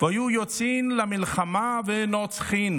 והיו יוצאין למלחמה ונוצחין.